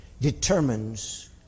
determines